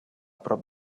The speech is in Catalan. prop